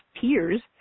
peers